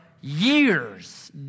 years